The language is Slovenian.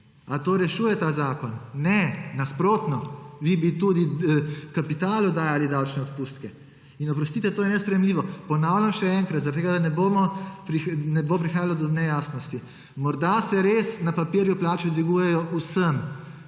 Ali to rešuje ta zakon? Ne, nasprotno. Vi bi tudi kapitalu dajali davčne odpustke. Oprostite, to je nesprejemljivo. Ponavljam še enkrat, zaradi tega da ne bo prihajalo do nejasnosti. Morda se res na papirju plače dvigujejo vsem,